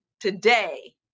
today